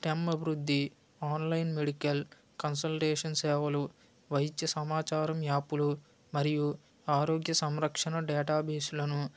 stem అభివృద్ధి online medical consultation సేవలు వైద్య సమాచారం యాపులు మరియు ఆరోగ్య సంరక్షణ డేటా బేసు లను